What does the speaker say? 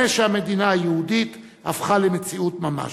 שהמדינה היהודית הפכה למציאות ממש.